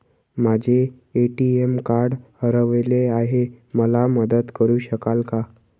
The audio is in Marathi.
माझे ए.टी.एम कार्ड हरवले आहे, मला मदत करु शकाल का?